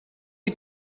you